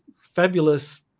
fabulous